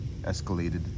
escalated